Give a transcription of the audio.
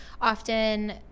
often